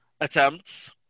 attempts